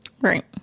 Right